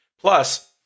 Plus